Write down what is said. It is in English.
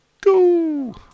go